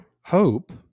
hope